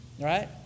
right